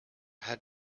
had